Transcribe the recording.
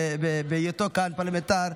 בהיותו כאן פרלמנטר,